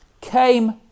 came